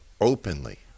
openly